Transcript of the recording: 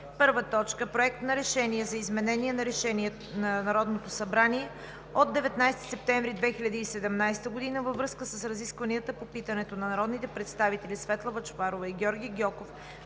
2019 г.: „1. Проект на решение за изменение на Решение на Народното събрание от 19 септември 2017 г. във връзка с разискванията по питането на народните представители Светла Бъчварова и Георги Гьоков